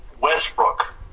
Westbrook